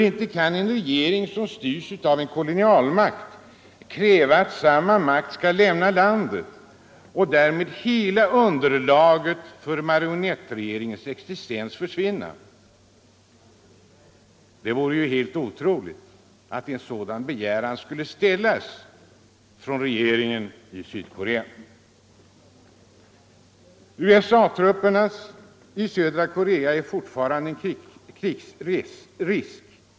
Inte kan en regering som styrs av en kolonialmakt kräva att samma makt skall lämna landet. Därmed skulle hela underlaget för marionettregeringens existens försvinna. Det är helt enkelt otroligt att en sådan begäran skulle ställas från regeringen i Sydkorea. USA-trupperna i södra Korea är fortfarande en krigsrisk.